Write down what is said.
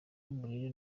uburere